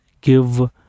give